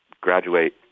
graduate